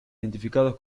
identificados